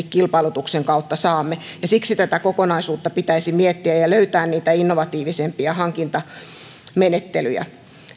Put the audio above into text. kilpailutuksen kautta saamme ja siksi tätä kokonaisuutta pitäisi miettiä ja löytää niitä innovatiivisempia hankintamenettelyjä